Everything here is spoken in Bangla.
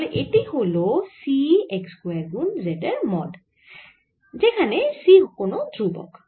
তাহলে এটি হল C x স্কয়ার গুন z এর মড যেখানে C কোন ধ্রুবক